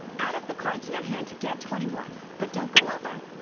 add up the cards in your hand to get twenty one, but don't go over!